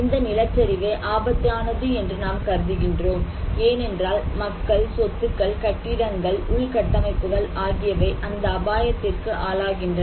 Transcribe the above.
இந்த நிலச்சரிவை ஆபத்தானது என்று நாம் கருதுகிறோம் ஏனென்றால் மக்கள் சொத்துக்கள் கட்டிடங்கள் உள்கட்டமைப்புகள் ஆகியவை அந்த அபாயத்திற்கு ஆளாகின்றன